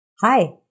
Hi